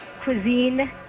cuisine